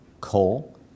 coal